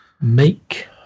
Make